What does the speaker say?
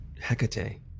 Hecate